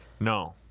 No